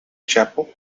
chapel